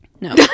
No